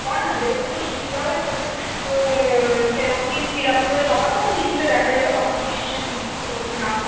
পড় না যেটাতে তোর সুবিধা হবে সেটা তোর সেরকমই ফিল আপ করে জমা তখন লিস্টে দেখা যাবে তখন ডিসিশন নিবি কী পড়বি না পড়বি